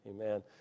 Amen